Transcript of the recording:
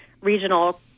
regional